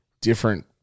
different